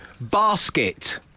Basket